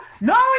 no